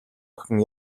охин